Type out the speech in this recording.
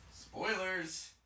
Spoilers